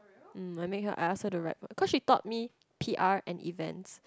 mm I make her I ask her to write what cause she taught me p_r and events